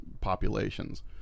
populations